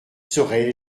serai